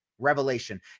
revelation